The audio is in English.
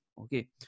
Okay